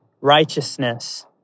Righteousness